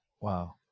Wow